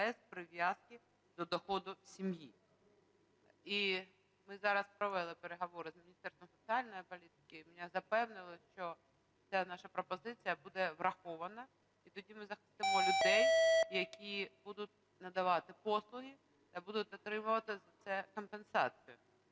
без прив'язки до доходу сім'ї. І ми зараз провели переговори з Міністерством соціальної політики і мене запевнили, що ця наша пропозиція буде врахована і тоді ми захистимо людей, які будуть надавати послуги, будуть отримувати за це компенсацію.